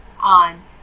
on